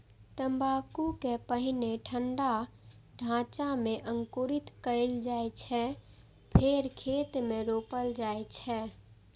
तंबाकू कें पहिने ठंढा ढांचा मे अंकुरित कैल जाइ छै, फेर खेत मे रोपल जाइ छै